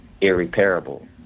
irreparable